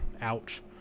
ouch